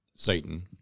satan